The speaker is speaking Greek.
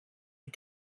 του